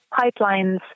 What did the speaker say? pipelines